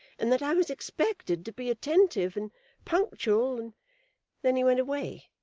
and that i was expected to be attentive and punctual, and then he went away.